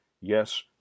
yes